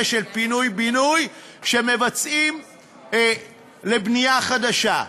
של פינוי-בינוי שמבצעים לבנייה חדשה: